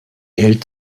hält